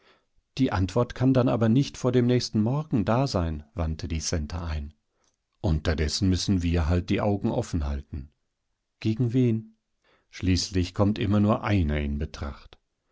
die antwort kann dann aber nicht vor dem nächsten morgen da sein wandte die centa ein unterdessen müssen wir halt die augen offen halten gegen wen schließlich kommt immer nur einer in betracht